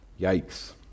Yikes